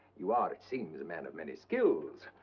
you are, it seems, a man of many skills.